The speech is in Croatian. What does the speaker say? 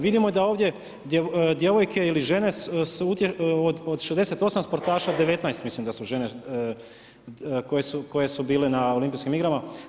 Vidimo da ovdje gdje djevojke ili žene od 68 sportaša, 19 mislim da su žene koje su bile na Olimpijskim igrama.